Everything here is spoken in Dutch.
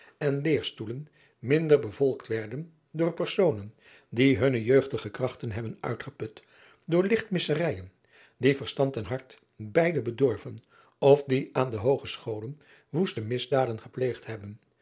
en eerstoelen minder bevolkt werden door personen die hunne jeugdige krachten hebben uitgeput door lichtmisserijen die verstand en hart beide bedorven of die aan de oogescholen woeste misdaden gepleegd hebben